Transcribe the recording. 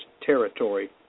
territory